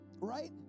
right